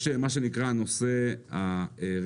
יש מה שנקרא הנושא הרביעי,